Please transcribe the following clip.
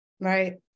Right